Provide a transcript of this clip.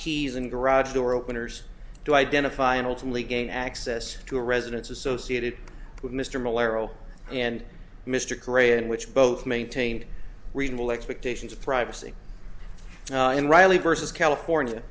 keys and garage door openers to identify and ultimately gain access to a residence associated with mr malarial and mr gray in which both maintained reasonable expectations of privacy in riley versus california